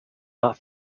not